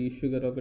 sugar